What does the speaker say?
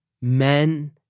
men